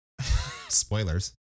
spoilers